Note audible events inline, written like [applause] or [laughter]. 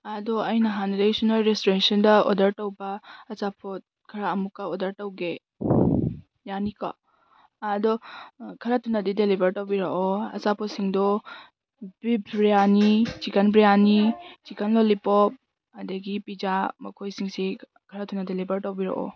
ꯑꯗꯣ ꯑꯩ ꯅꯍꯥꯟ [unintelligible] ꯔꯦꯁꯇꯨꯔꯦꯁꯟꯗ ꯑꯣꯔꯗꯔ ꯇꯧꯕ ꯑꯆꯥꯄꯣꯠ ꯈꯔ ꯑꯃꯨꯛꯀ ꯑꯣꯔꯗꯔ ꯇꯧꯒꯦ ꯌꯥꯅꯤꯀꯣ ꯑꯗꯣ ꯈꯔ ꯊꯨꯅꯗꯤ ꯗꯦꯂꯤꯚꯔ ꯇꯧꯕꯤꯔꯛꯑꯣ ꯑꯆꯥꯄꯣꯠꯁꯤꯡꯗꯣ ꯕ꯭ꯔꯤꯐ biryani chicken biryani chicken lollipop ꯑꯗꯒꯤ ꯄꯤꯖꯥ ꯃꯈꯣꯏꯁꯤꯡꯁꯤ ꯈꯔ ꯊꯨꯅ ꯗꯦꯂꯤꯚꯔ ꯇꯧꯕꯤꯔꯛꯑꯣ